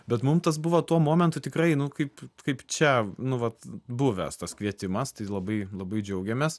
bet mum tas buvo tuo momentu tikrai nu kaip kaip čia nu vat buvęs tas kvietimas tai labai labai džiaugiamės